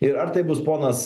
ir ar tai bus ponas